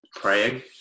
praying